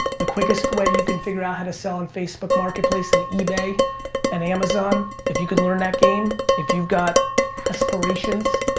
the quickest way you can figure out how to sell on facebook marketplace, and ebay and amazon, if you can learn that game, if you've got aspirations,